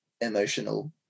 emotional